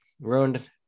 ruined